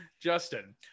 Justin